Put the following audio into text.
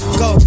go